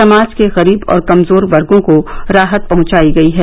समाज के गरीब और कमजोर वर्गों को राहत पहंचायी गयी है